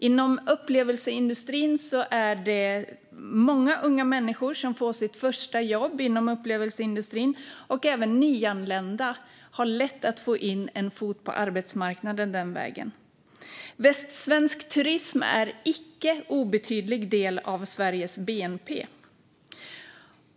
Inom upplevelseindustrin får många unga människor sitt första jobb, och även nyanlända har lätt att få in en fot på arbetsmarknaden den vägen. Västsvensk turism står för en icke obetydlig del av Sveriges bnp.